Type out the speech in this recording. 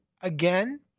again